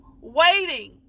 waiting